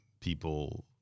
people